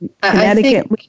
Connecticut